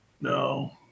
no